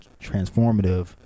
transformative